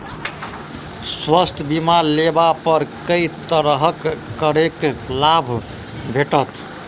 स्वास्थ्य बीमा लेबा पर केँ तरहक करके लाभ भेटत?